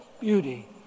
beauty